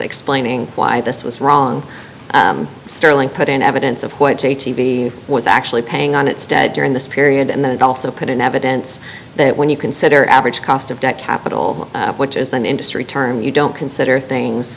explaining why this was wrong sterling put in evidence of what j t v was actually paying on it during this period and then also put in evidence that when you consider average cost of debt capital which is an industry term you don't consider things